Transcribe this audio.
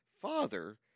father